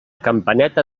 campaneta